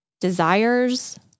desires